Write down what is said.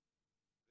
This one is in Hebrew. ייעודו,